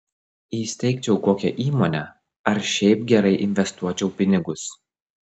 įsteigčiau kokią įmonę ar šiaip gerai investuočiau pinigus